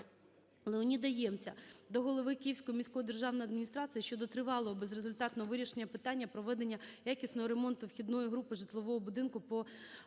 Леоніда Ємця до голови Київської міської державної адміністрації щодо тривалого безрезультатного вирішення питання проведення якісного ремонту вхідної групи житлового будинку по